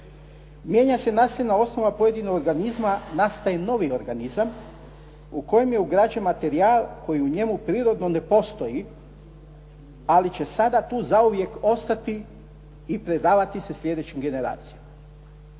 mijenja se nasljedna osnova pojedinog organizma, nastaje novi organizam u kojem je ugrađen materijal koji u njemu prirodno ne postoji, ali će sada tu zauvijek sada ostati i predavati se sljedećim generacijama.